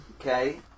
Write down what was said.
okay